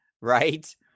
right